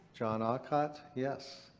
john aucott. yes.